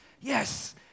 Yes